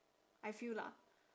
I feel lah